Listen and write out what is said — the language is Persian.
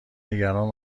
نگران